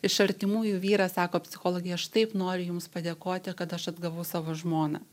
iš artimųjų vyras sako psichologė aš taip noriu jums padėkoti kad aš atgavau savo žmoną